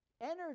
energy